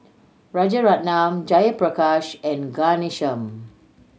Rajaratnam Jayaprakash and Ghanshyam